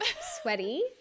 Sweaty